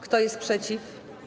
Kto jest przeciw?